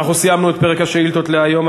אנחנו סיימנו את פרק השאילתות להיום.